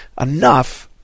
enough